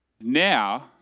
now